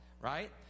right